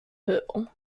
hill